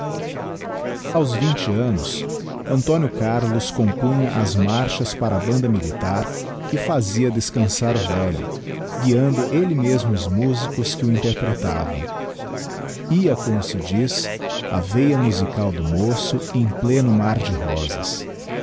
aos vinte annos antónio carlos compunha as marchas para a banda militar e íazia descançar o velho guiando elle mesmo os músicos que o interpretavam ia como se diz a veia musical do moço em pleno mar de rosas